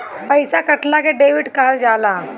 पइसा कटला के डेबिट कहल जाला